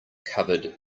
covered